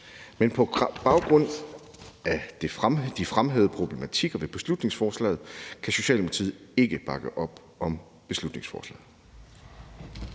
Men på baggrund af de fremhævede problematikker med beslutningsforslaget kan Socialdemokratiet ikke bakke op om beslutningsforslaget.